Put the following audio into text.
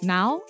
Now